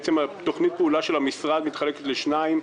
תוכנית הפעולה של המשרד מתחלקת לשניים: